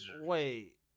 Wait